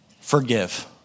forgive